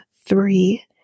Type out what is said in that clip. three